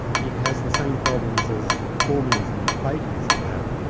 it has the same problems as formalism and platonism have,